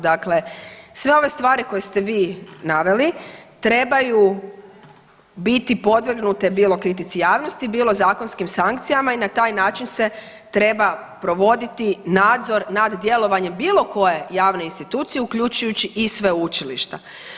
Dakle, sve ove stvari koje ste vi naveli trebaju biti podvrgnute, bilo kritici javnosti, bilo zakonskim sankcijama i na taj način se treba provoditi nadzor nad djelovanjem bilo koje javne institucije, uključujući i sveučilišta.